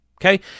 Okay